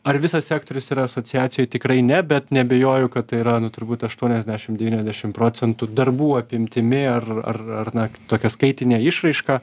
ar visas sektorius yra asociacijoj tikrai ne bet neabejoju kad tai yra nu turbūt aštuoniasdešimt devyniasdešim procentų darbų apimtimi ar ar ar na tokia skaitine išraiška